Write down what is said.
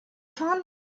fahren